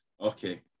okay